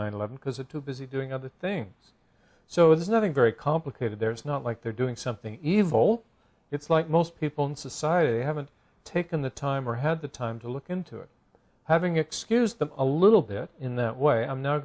nine eleven because it too busy doing other things so there's nothing very complicated there's not like they're doing something evil it's like most people in society haven't taken the time or had the time to look into it having excuse them a little bit in that way i'm not